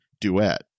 duet